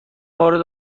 وارد